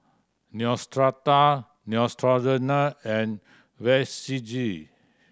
Neostrata Neutrogena and